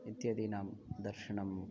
इत्यादीनां दर्शनं